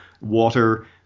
water